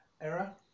era